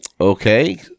Okay